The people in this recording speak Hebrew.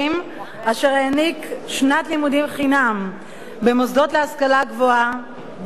אשר העניק שנת לימודים חינם במוסדות להשכלה גבוהה בנגב,